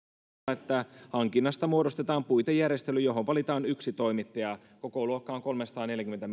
että hankinnasta muodostetaan puitejärjestely johon valitaan yksi toimittaja kokoluokka on kolmesataaneljäkymmentä